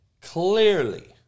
clearly